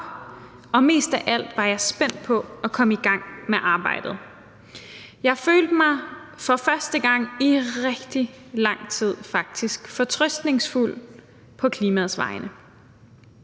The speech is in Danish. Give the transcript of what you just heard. og mest af alt var jeg spændt på at komme i gang med arbejdet. Jeg følte mig for første gang i rigtig lang tid faktisk fortrøstningsfuld på klimaets vegne.